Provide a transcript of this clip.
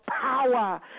power